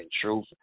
truth